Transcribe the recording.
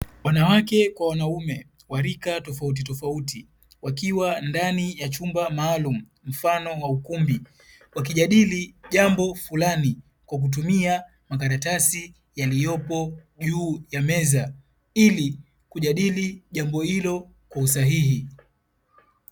Wanawake kwa wanaume kwa rika tofauti tofauti wakiwa ndani ya chumba maalum mfano wa ukumbi wakijadili jambo fulani kwa kutumia makaratasi yaliyopo juu ya meza ili kujadili jambo hilo kwa usahihi.